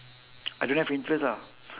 I don't have interest ah